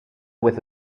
with